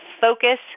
focus